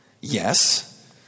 Yes